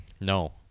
No